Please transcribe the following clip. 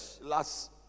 last